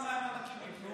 כמה מהמענקים ניתנו?